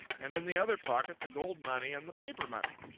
and in the other pocket the gold money and the paper money.